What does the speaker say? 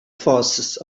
forces